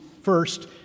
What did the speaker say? first